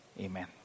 amen